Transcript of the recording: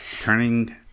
turning